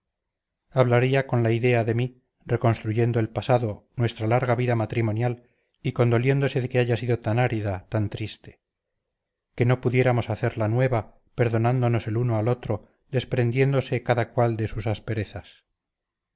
hablaría con la idea de mí reconstruyendo el pasado nuestra larga vida matrimonial y condoliéndose de que haya sido tan árida tan triste que no pudiéramos hacerla nueva perdonándonos el uno al otro desprendiéndose cada cual de sus asperezas